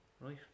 right